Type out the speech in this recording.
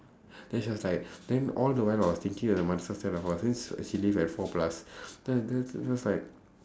then she was like then all the while I was thinking like her mother say then !wah! since she leave at four plus then then then I was like